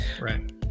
Right